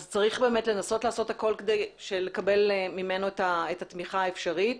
אז צריך באמת לנסות לעשות הכול כדי לקבל ממנו את התמיכה האפשרית.